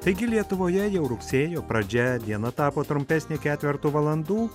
taigi lietuvoje jau rugsėjo pradžia diena tapo trumpesnė ketvertu valandų